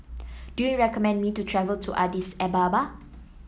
do you recommend me to travel to Addis Ababa